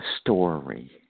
story